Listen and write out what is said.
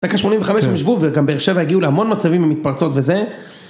דקה 85 הם השוו, וגם באר שבע הגיעו להמון מצבים עם מתפרצות וזה.